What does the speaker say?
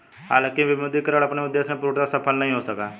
हालांकि विमुद्रीकरण अपने उद्देश्य में पूर्णतः सफल नहीं हो सका